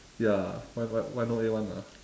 ya why why why no A [one] ah